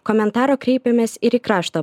komentaro kreipėmės ir į krašto